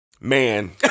Man